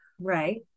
Right